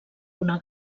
una